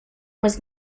was